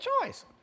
choice